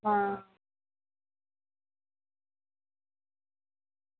आं